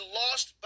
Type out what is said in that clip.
lost